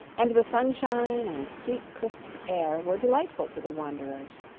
and the sunshine and sweet, crisp air were delightful to the wanderers.